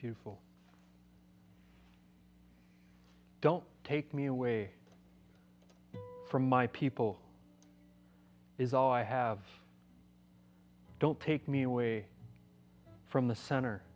beautiful don't take me away from my people is all i have don't take me away from the cent